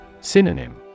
Synonym